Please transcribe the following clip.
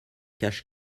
cache